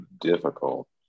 difficult